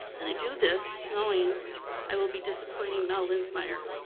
and i do this knowing i will be disappointing mel linsmeyer,